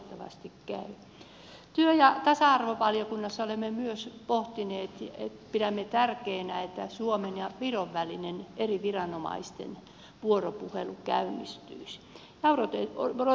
työ ja tasa arvovaliokunnassa olemme myös pohtineet ja pidämme tärkeänä että suomen ja viron eri viranomaisten välinen vuoropuhelu käynnistyisi